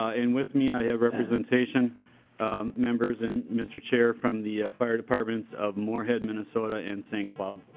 and with me i have representation members and mr. chair from the fire department of moorehead minnesota and st. cloud.